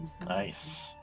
Nice